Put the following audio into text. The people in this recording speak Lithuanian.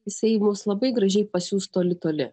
jisai mus labai gražiai pasiųs toli toli